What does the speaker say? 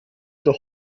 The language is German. doch